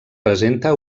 presenta